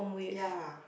ya